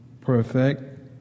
perfect